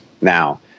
Now